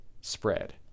spread